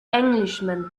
englishman